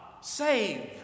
save